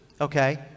okay